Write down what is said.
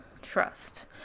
trust